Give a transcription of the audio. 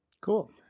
cool